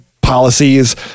policies